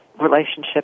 relationship